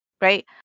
right